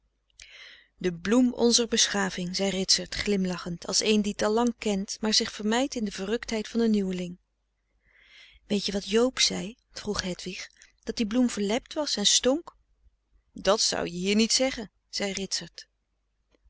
de bloem onzer beschaving zei ritsert glimlachend als een die t alles lang kent maar zich vermeit in de verruktheid van een nieuweling weet je wat joob zei vroeg hedwig dat die bloem verlept was en stonk dat zou je hier niet zeggen zei ritsert